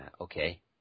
Okay